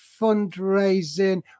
fundraising